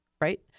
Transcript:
Right